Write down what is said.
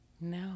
No